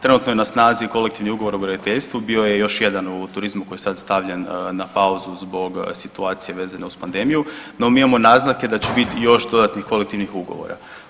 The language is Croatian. Trenutno je na snazi Kolektivni ugovor o graditeljstvu, bio je još jedan u turizmu koji je sad stavljen na pauzu zbog situacije vezane uz pandemiju, no mi imamo naznake da će biti još dodatnih kolektivnih ugovora.